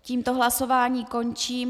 Tímto hlasování končím.